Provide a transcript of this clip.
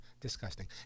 disgusting